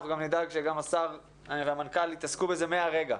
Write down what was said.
אנחנו גם נדאג שהשר והמנכ"ל יעסקו בזה מהרגע.